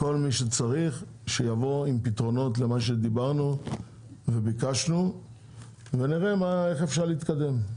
כל מי שצריך שיבוא עם פתרונות למה שביקשנו ונראה איך אפשר להתקדם.